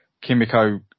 Kimiko